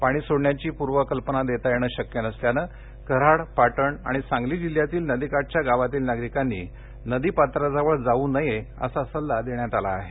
पाणी सोडण्याची पूर्व कल्पना देता येणं शक्य नसल्यानं कराड पाटण आणि सांगली जिल्ह्यातील नदी काठच्या गावातील नागरिकांनी नदी पात्राजवळ जाऊ नये असा सल्ला देण्यात आला आहे